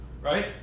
right